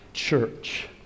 church